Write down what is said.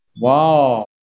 Wow